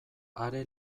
are